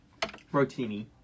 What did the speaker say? Rotini